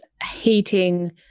hating